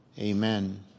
amen